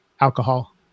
alcohol